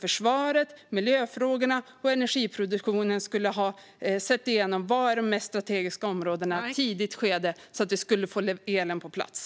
Försvaret, miljöfrågorna och energiproduktionen skulle ha setts över för att se ut de mest strategiska områdena i ett tidigt skede så att vi skulle få elen på plats.